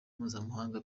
mpuzamahanga